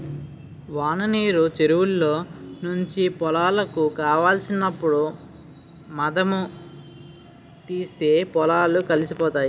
వాననీరు చెరువులో నుంచి పొలాలకు కావలసినప్పుడు మధుముతీస్తే పొలాలు కలిసిపోతాయి